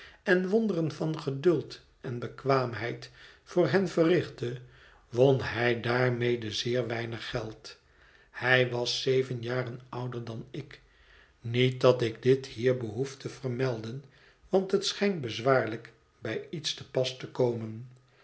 en wonderen van geduld en bekwaamheid voor hen verrichtte won hij daarmede zeer weinig geld hij was zeven jaren ouder dan ik niet dat ik dit hier behoef te vermelden want het schijnt bezwaarlijk bij iets te pas te komen